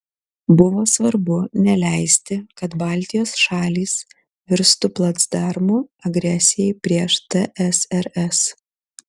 buvo svarbu neleisti kad baltijos šalys virstų placdarmu agresijai prieš tsrs